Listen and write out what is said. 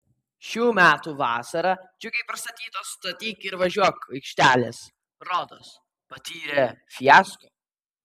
šių metų vasarą džiugiai pristatytos statyk ir važiuok aikštelės rodos patyrė fiasko